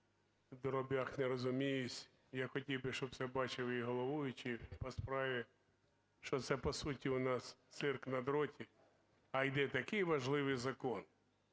в дробях не розуміюсь. Я хотів би, щоб це бачили і головуючі насправді, що це по суті у нас "цирк на дроті", а йде такий важливий закон.